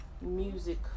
music